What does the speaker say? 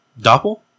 Doppel